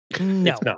No